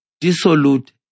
dissolute